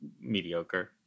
mediocre